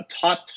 top